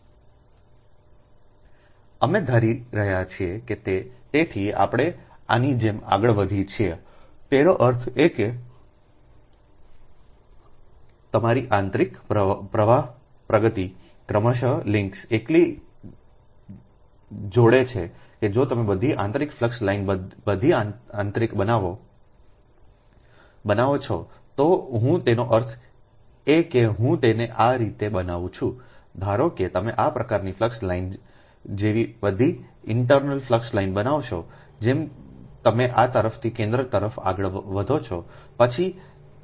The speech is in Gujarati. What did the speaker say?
અમે ધારી રહ્યા છીએ કે તેથી આપણે આની જેમ આગળ વધીએ છીએતેનો અર્થ એ કે તમારી આંતરિક પ્રવાહ પ્રગતિ ક્રમશ links એટલી જોડે છે કે જો તમે બધી આંતરિક ફ્લક્સ લાઇનને બધી આંતરિક બનાવો છો તો હું તેનો અર્થ એ કે હું તેને આ રીતે બનાવું છુંધારો કે તમે આ પ્રકારની ફ્લક્સ લાઇન જેવી બધી ઇન્ટર્ન ફ્લક્સ લાઇન બનાવશો જેમ તમે આ તરફથી કેન્દ્ર તરફ આગળ વધો છો પછી તે ક્રમશ